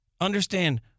understand